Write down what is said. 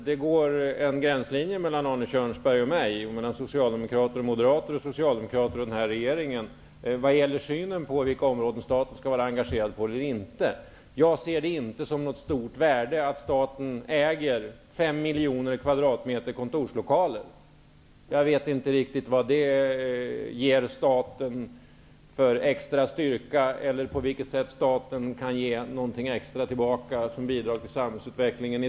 Det går en gränslinje mellan Arne Moderater, och mellan Socialdemokrater och den nuvarande regeringen i vad gäller synen på vilka områden staten skall vara engagerad i, eller inte. Jag ser inget stort värde i att staten äger fem miljoner kvadratmeter kontorslokaler. Jag vet inte riktigt vad det ger staten för extra styrka och på vad sätt staten i den situationen kan ge något extra tillbaka i form av bidrag till samhällsutvecklingen.